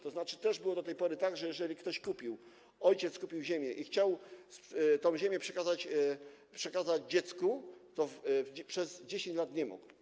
To znaczy też było do tej pory tak, że jeżeli ktoś kupił, ojciec kupił ziemię i chciał tę ziemię przekazać dziecku, to przez 10 lat nie mógł.